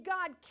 God